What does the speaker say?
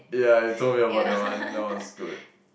yeah you told me about that one that was good